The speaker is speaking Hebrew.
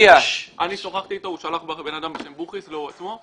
הוא שלח בן אדם בשם בוכיס, לא הוא עצמו.